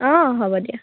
অঁ হ'ব দিয়া